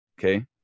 okay